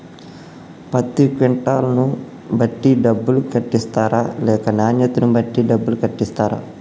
పత్తి క్వింటాల్ ను బట్టి డబ్బులు కట్టిస్తరా లేక నాణ్యతను బట్టి డబ్బులు కట్టిస్తారా?